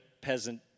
peasant